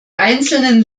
einzelnen